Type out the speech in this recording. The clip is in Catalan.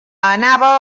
anava